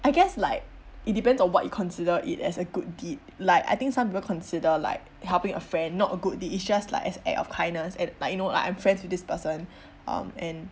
I guess like it depends on what you consider it as a good deed like I think some people consider like helping a friend not a good deed it's just like as act of kindness and like you know like I'm friends with this person um and